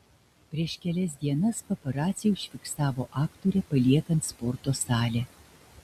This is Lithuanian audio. prieš kelias dienas paparaciai užfiksavo aktorę paliekant sporto salę